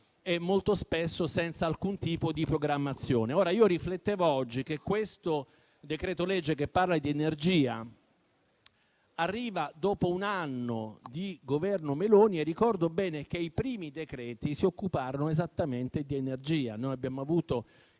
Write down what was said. e molto spesso senza alcun tipo di programmazione. Oggi riflettevo che questo decreto-legge che parla di energia arriva dopo un anno di Governo Meloni; ricordo bene che i primi decreti-legge si occuparono esattamente di energia (abbiamo avuto